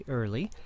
early